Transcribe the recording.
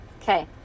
Okay